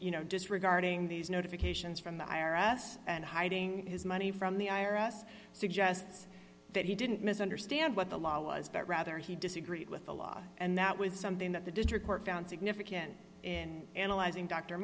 you know disregarding these notifications from the i r s and hiding his money from the i r s suggests that he didn't misunderstand what the law was but rather he disagreed with the law and that was something that the district court found significant in analyzing d